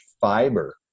fiber